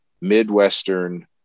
Midwestern